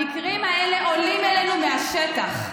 המקרים האלה עולים אלינו מהשטח,